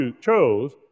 chose